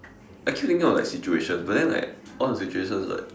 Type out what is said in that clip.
I keep thinking of like situations but then like all the situations like